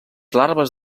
larves